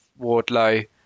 Wardlow